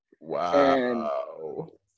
Wow